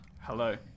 Hello